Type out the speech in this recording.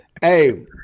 Hey